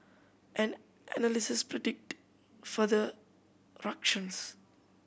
and analysts predict further ructions